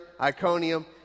Iconium